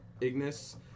Ignis